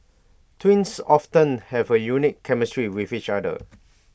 twins often have A unique chemistry with each other